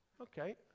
Okay